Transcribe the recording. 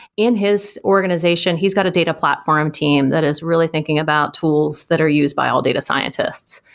in his organization, he's got a data platform team that is really thinking about tools that are used by all data scientists.